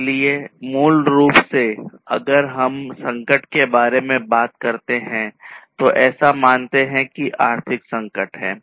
इसलिए मूल रूप से अगर हम संकट के बारे में बात करते हैं तो ऐसा मानते हैं कि यह आर्थिक संकट है